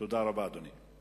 תודה רבה, אדוני.